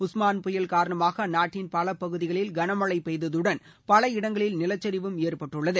உஸ்மான் புயல் காரணமாக அந்நாட்டின் பல பகுதிகளில் கனமழை பெய்ததுடன் பல இடங்களில் நிலச்சரிவும் ஏற்பட்டுள்ளது